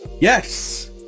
Yes